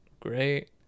Great